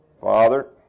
Father